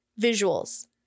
Visuals